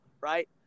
right